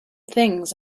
things